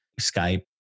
Skype